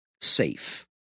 safe